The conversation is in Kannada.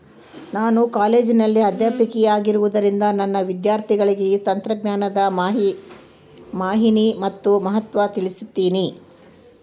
ನಾನು ಕಾಲೇಜಿನಲ್ಲಿ ಅಧ್ಯಾಪಕಿಯಾಗಿರುವುದರಿಂದ ನನ್ನ ವಿದ್ಯಾರ್ಥಿಗಳಿಗೆ ಈ ತಂತ್ರಜ್ಞಾನದ ಮಾಹಿನಿ ಮತ್ತು ಮಹತ್ವ ತಿಳ್ಸೀನಿ